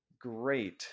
great